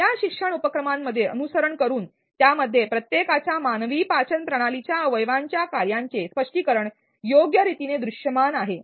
या शिक्षण उपक्रमांमध्ये अनुसरण करून त्यामध्ये प्रत्येकाच्या मानवी पाचन प्रणालीच्या अवयवांच्या कार्याचे स्पष्टीकरण योग्यरीतीने दृष्यमान आहे